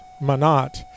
Manat